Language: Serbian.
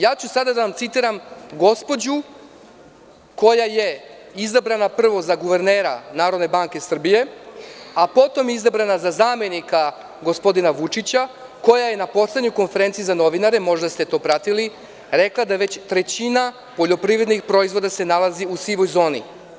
Sada ću da vam citiram gospođu koja je izabrana prvo za guvernera Narodne banke Srbije, a potom izabrana za zamenika gospodina Vučića, koja je na poslednjoj konferenciji za novinare, možda ste to pratili, rekla da već trećina poljoprivrednih proizvoda se nalazi u sivoj zoni.